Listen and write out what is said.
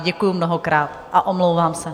Děkuji mnohokrát a omlouvám se.